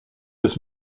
des